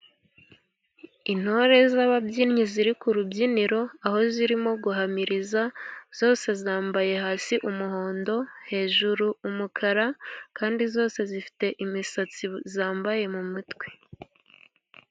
Intore z'ababyinnyi ziri ku rubyiniro, aho zirimo guhamiriza, zose zambaye hasi umuhondo, hejuru umukara, kandi zose zifite imisatsi zambaye mu mutwe.